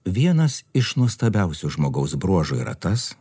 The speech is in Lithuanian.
vienas iš nuostabiausių žmogaus bruožų yra tas